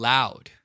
Loud